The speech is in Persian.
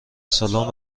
سالن